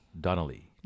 donnelly